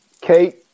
Kate